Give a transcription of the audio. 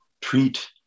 treat